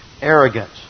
arrogance